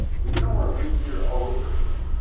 well you don't want to regear all over again,